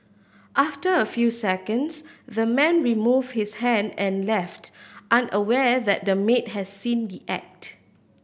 after a few seconds the man removed his hand and left unaware that the maid had seen the act